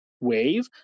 wave